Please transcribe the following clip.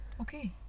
okay